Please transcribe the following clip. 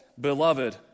beloved